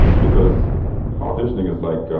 because auditioning is like,